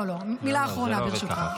לא, לא, מילה אחרונה, ברשותך.